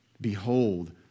Behold